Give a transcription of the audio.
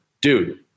dude